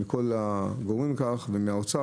מהאוצר